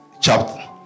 chapter